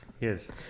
Yes